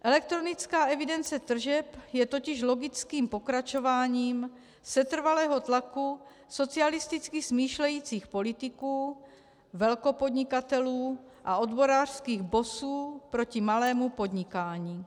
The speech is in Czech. Elektronická evidence tržeb je totiž logickým pokračováním setrvalého tlaku socialisticky smýšlejících politiků, velkopodnikatelů a odborářských bossů proti malému podnikání.